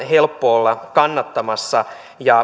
helppo olla kannattamassa